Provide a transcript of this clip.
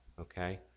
Okay